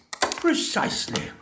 Precisely